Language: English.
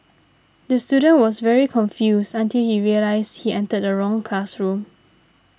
the student was very confused until he realised he entered the wrong classroom